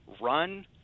run